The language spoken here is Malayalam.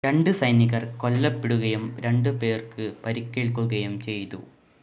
രണ്ട് സൈനികർ കൊല്ലപ്പെടുകയും രണ്ട് പേർക്ക് പരിക്കേൽക്കുകയും ചെയ്തു